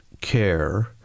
care